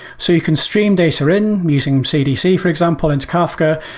so you can stream data in using cdc, for example, into kafka.